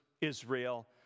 Israel